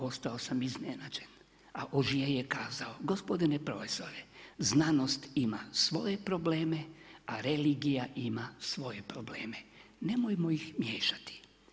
Ostao sam iznenađen, ali … je kazao gospodine profesore znanost ima svoje probleme, a religija ima svoje probleme, nemojmo ih miješati.